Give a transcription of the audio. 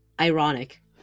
ironic